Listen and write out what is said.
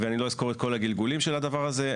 ואני לא אסקור את כל הגלגולים של הדבר הזה,